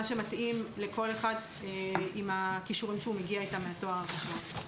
שמתאים לכל אחד עם הכישורים שהוא מגיע איתם מהתואר הראשון.